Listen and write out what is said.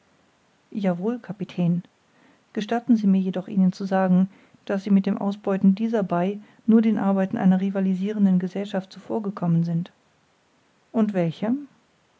kapitän gestatten sie mir jedoch ihnen zu sagen daß sie mit dem ausbeuten dieser bai nur den arbeiten einer rivalisirenden gesellschaft zuvorgekommen sind und welcher